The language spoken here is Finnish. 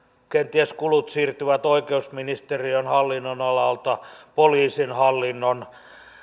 kenties kulut siirtyvät oikeusministeriön hallinnonalalta poliisin hallinnon